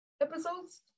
episodes